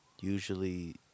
usually